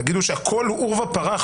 תגידו שהכול עורבא פרח,